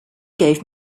gave